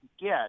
get